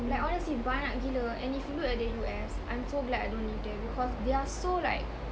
like honestly banyak gila and if you look at the U_S I'm so glad I don't live there because they are so like